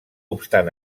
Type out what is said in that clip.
obstant